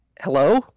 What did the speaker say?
Hello